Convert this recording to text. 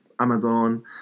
Amazon